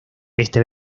este